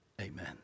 Amen